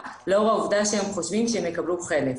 לאור העובדה שהם חושבים שיקבלו חלף.